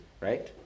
right